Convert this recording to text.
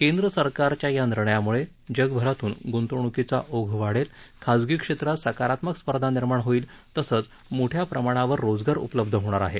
केंद्र सरकारच्या या निर्णयामुळे जगभरातून गुंतवणूकीचा ओघ वाढेल खाजगी क्षेत्रात सकारात्मक स्पर्धा निर्माण होईल तसंच मोठ्या प्रमाणावर रोजगार उपलब्ध होणार आहे